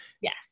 Yes